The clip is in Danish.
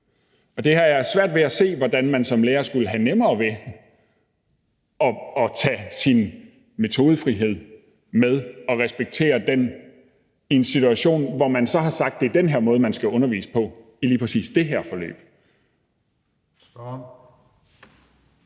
Jeg har svært ved at se, hvordan man som lærer skulle have nemmere ved at tage sin metodefrihed med og respektere den i en situation, hvor man så har sagt, at det er den her måde, man skal undervise på i lige præcis det her forløb.